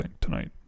tonight